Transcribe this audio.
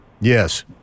Yes